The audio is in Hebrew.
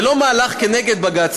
זה לא מהלך כנגד בג"ץ,